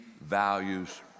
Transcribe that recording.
values